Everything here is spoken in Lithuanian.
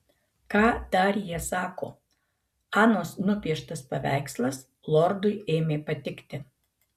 ką dar jie sako anos nupieštas paveikslas lordui ėmė patikti